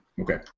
Okay